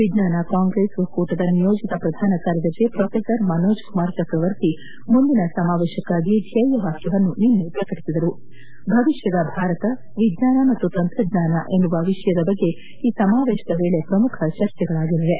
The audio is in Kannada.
ವಿಜ್ಞಾನ ಕಾಂಗ್ರೆಸ್ ಒಕ್ಕೂಟದ ನಿಯೋಜಿತ ಪ್ರಧಾನ ಕಾರ್ಯದರ್ಶಿ ಪ್ರೋಪೆಸರ್ ಮನೋಜ್ ಕುಮಾರ್ ಚಕ್ರವರ್ತಿ ಮುಂದಿನ ಸಮಾವೇಶಕ್ಕಾಗಿ ಧ್ವೇಯವಾಕ್ವವನ್ನು ನಿನ್ನೆ ಪ್ರಕಟಿಸಿದರು ಭವಿಷ್ಣದ ಭಾರತ ವಿಜ್ಞಾನ ಮತ್ತು ತಂತ್ರಜ್ಞಾನ ಎನ್ನುವ ವಿಷಯದ ಬಗ್ಗೆ ಈ ಸಮಾವೇಶದ ವೇಳೆ ಪ್ರಮುಖ ಚರ್ಚೆಗಳಾಗಲಿವೆ